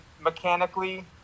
mechanically